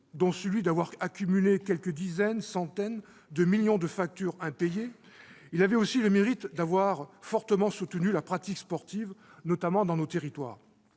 dont celui d'avoir accumulé quelques dizaines, voire centaines de millions d'euros de factures impayées, il avait aussi le mérite d'avoir fortement soutenu la pratique sportive, notamment dans nos territoires.